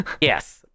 Yes